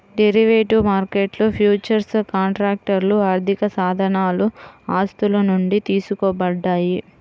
derivative మార్కెట్లో futures కాంట్రాక్ట్లు ఆర్థికసాధనాలు ఆస్తుల నుండి తీసుకోబడ్డాయి